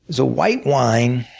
was a white wine